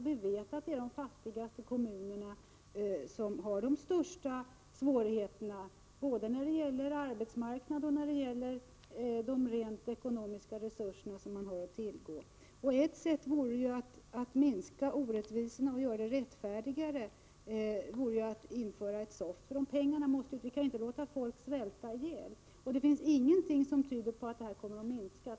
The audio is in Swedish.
Vi vet att det är de fattigaste kommunerna som har de största svårigheterna både när det gäller arbetsmarknadsläget och när det gäller de rent ekonomiska resurser som man har att tillgå. Ett sätt att minska orättvisorna och göra det hela rättfärdigare vore att införa ett socialförsäkringstillägg. Vi kan inte låta folk svälta ihjäl. Det finns ingenting som tyder på att behovet kommer att minska.